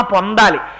Pondali